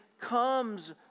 comes